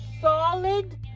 solid